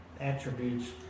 attributes